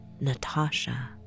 natasha